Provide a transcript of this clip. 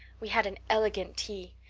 we had an elegant tea.